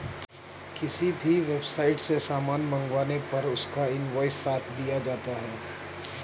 किसी भी वेबसाईट से सामान मंगाने पर उसका इन्वॉइस साथ दिया जाता है